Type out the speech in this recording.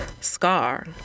Scar